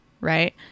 right